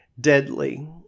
deadly